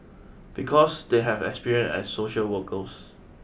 because they have experience as social workers